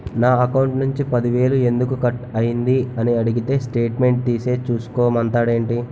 నా అకౌంట్ నుంచి పది వేలు ఎందుకు కట్ అయ్యింది అని అడిగితే స్టేట్మెంట్ తీసే చూసుకో మంతండేటి